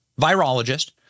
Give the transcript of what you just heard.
virologist